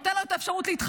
נותן לו את האפשרות להתחרט.